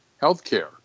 healthcare